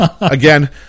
Again